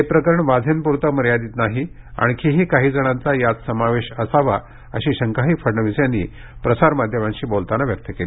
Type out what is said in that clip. हे प्रकरण वाझेंपुरतं मर्यादित नाही आणखीही काही जणांचा यात समावेश असावा अशी शंकाही फडणवीस यांनी प्रसारमाध्यमांशी बोलताना व्यक्त केली